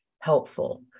helpful